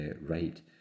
right